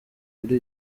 kuri